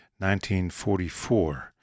1944